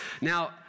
now